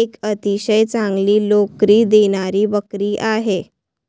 एक अतिशय चांगली लोकरी देणारी बकरी आहे